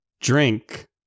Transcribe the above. drink